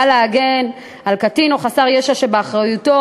בא להגן על קטין או חסר ישע שבאחריותו,